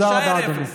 יישאר אפס.